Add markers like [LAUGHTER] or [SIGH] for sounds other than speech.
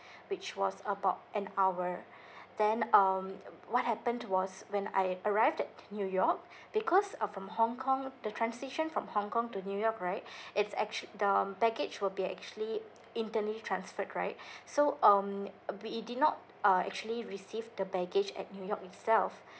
which was about an hour [BREATH] then um what happened was when I arrived at new york because uh from hong kong the transition from hong kong to new york right [BREATH] it's actua~ the baggage will be actually internally transferred right [BREATH] so um we did not uh actually receive the baggage at new york itself